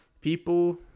people